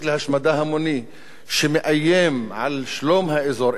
להשמדה המונית שמאיים על שלום האזור,